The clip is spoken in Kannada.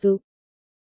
ಆದ್ದರಿಂದ 0